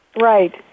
Right